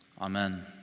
Amen